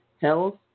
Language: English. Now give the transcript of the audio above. health